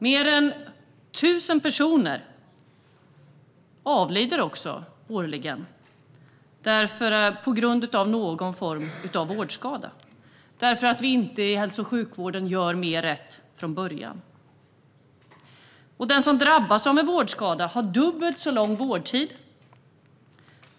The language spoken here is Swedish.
Mer än 1 000 personer avlider årligen på grund av någon form av vårdskada, för att vi i hälso och sjukvården inte gör mer rätt från början. Den som drabbas av en vårdskada har dubbelt så lång vårdtid.